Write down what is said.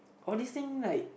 all these thing like